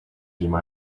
through